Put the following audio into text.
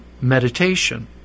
meditation